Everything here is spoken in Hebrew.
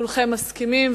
כולכם מסכימים.